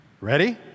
Ready